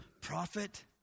prophet